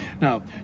Now